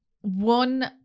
one